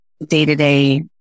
day-to-day